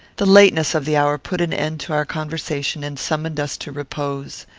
the lateness of the hour put an end to our conversation and summoned us to repose.